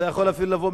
אדוני היושב-ראש,